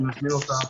אני מזמין אותה